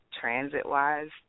transit-wise